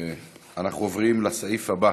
אנחנו עוברים לסעיף הבא